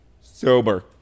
Sober